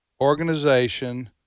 organization